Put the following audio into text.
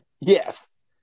Yes